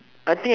I think